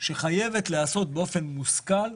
שחייבת להיעשות באופן מושכל,